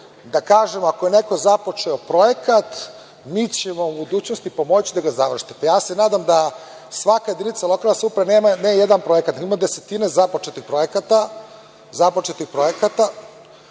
da kažemo ako je neko započeo projekat mi ćemo u budućnosti pomoći da ga završite. Pa, ja se nadam da svaka jedinica lokalne samouprave nema ne jedan projekat, nego ima desetine započetih projekata